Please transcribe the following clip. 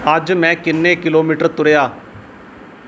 ਅੱਜ ਮੈਂ ਕਿੰਨੇ ਕਿਲੋਮੀਟਰ ਤੁਰਿਆ